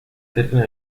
terreno